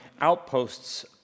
outposts